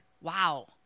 wow